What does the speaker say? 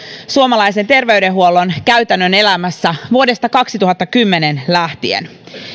suomalaisen terveydenhuollon käytännön elämässä vuodesta kaksituhattakymmenen lähtien